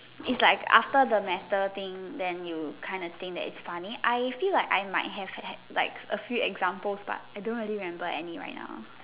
is like after the matter thing then you kind of think that it is funny I feel like I might have a few examples but I don't remember any right now